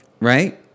right